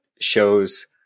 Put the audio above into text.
shows